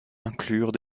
inclure